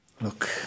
Look